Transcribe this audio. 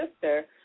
sister